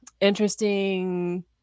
interesting